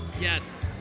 Yes